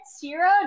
zero